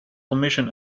omission